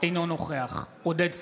אינו נוכח עודד פורר,